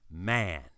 man